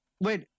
Wait